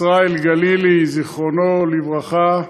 ישראל גלילי, זיכרונו לברכה,